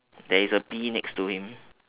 there is a bee next to him